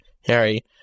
Harry